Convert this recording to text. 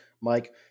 Mike